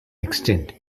extend